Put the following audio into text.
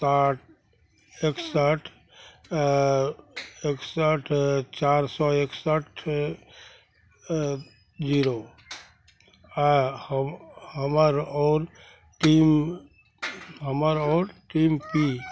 साठि एकसठि एकसठि चारि सओ एकसठि जीरो आओर हमर ओ टीम हमर ओ टीम पी